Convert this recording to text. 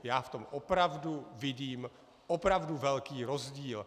Já v tom opravdu vidím opravdu velký rozdíl.